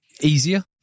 Easier